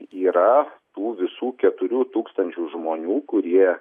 yra tų visų keturių tūkstančių žmonių kurie